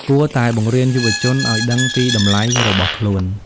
គួរតែបង្រៀនយុវជនឱ្យដឹងពីតម្លៃរបស់ខ្លួន។